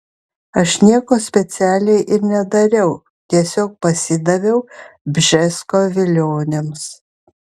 aš nieko specialiai ir nedariau tiesiog pasidaviau bžesko vilionėms